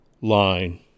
line